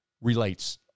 relates